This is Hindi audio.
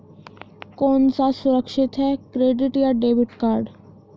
कौन सा सुरक्षित है क्रेडिट या डेबिट कार्ड?